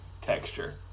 texture